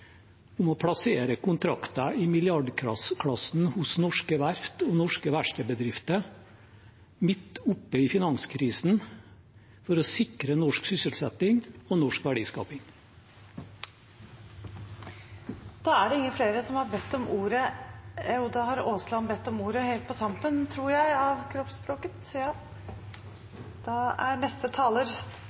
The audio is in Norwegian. om å plassere kontrakter i milliardklassen hos norske verft og norske verkstedbedrifter midt oppe i finanskrisen, for å sikre norsk sysselsetting og norsk verdiskaping. Representanten Terje Aasland har hatt ordet to ganger tidligere og får ordet til en kort merknad, begrenset til 1 minutt. Jeg har hatt ordet